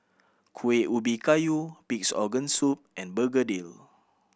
Kueh Ubi Kayu Pig's Organ Soup and begedil